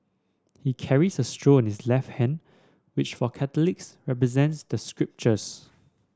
he carries a scroll in his left hand which for Catholics represents the scriptures